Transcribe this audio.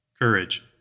Courage